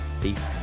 Peace